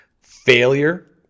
failure